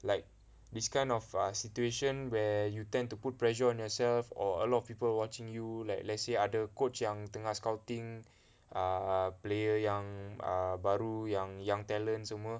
like this kind of err situation where you tend to put pressure on yourself or a lot of people watching you like let's say ada coach yang tengah scouting err player yang err baru yang young talent semua